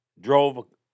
drove